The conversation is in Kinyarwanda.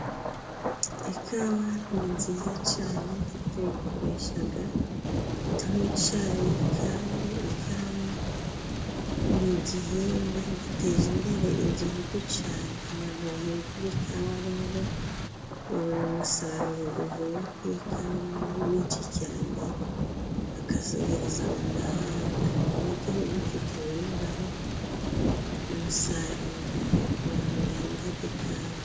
Ikawa ni nziza cyane tuyikoresha tuywa icyayi, kandi ikawa ni igihingwa giteza imbere igihugu cyane. Abantu bahinga ikawa rero babona umusaruro uvuye ku ikawa mwinshi cyane, akazohereza mu mahanga, n'igihugu kikaboneraho umusaruro uvuye ku bantu bahinga ikawa.